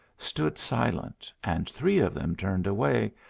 stood silent, and three of them turned away,